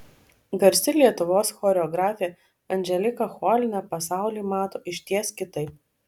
garsi lietuvos choreografė anželika cholina pasaulį mato išties kitaip